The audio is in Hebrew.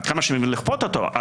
עד כמה שאני מבין, לכפות אותו.